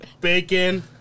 Bacon